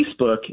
Facebook